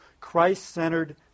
Christ-centered